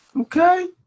Okay